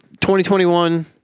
2021